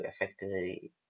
effectively